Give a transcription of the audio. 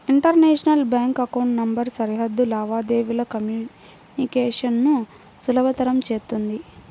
international bank account number సరిహద్దు లావాదేవీల communication ను సులభతరం చేత్తుంది